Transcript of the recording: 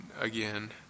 again